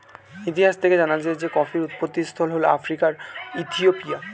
ইতিহাস থেকে জানা যায় যে কফির উৎপত্তিস্থল হল আফ্রিকার ইথিওপিয়া